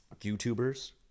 YouTubers